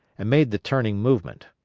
and made the turning movement.